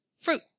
fruit